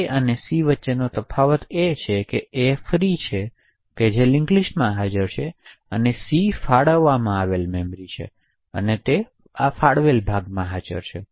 એ અને c વચ્ચેનો તફાવત એ છે કે a ફ્રી છે અને તે લિન્ક લિસ્ટમાં હાજર છે અને સી ફાળવવામાં આવે છે અને તે ફાળવેલ ભાગ છે